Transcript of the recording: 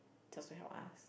just to help us